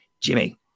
Jimmy